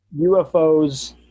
UFOs